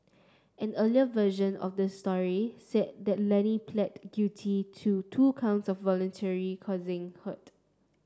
an earlier version of this story said that Lenny plead guilty to two counts of voluntarily causing hurt